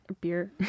beer